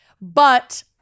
but-